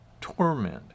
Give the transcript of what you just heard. torment